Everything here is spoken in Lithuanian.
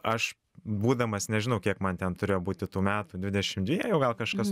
aš būdamas nežinau kiek man ten turėjo būti tų metų dvidešim dviejų gal kažkas